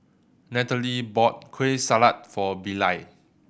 Natalie bought Kueh Salat for Bilal